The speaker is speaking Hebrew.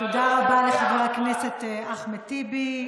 תודה רבה לחבר הכנסת אחמד טיבי.